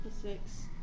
Six